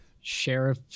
sheriff